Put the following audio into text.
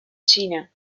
china